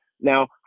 Now